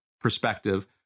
perspective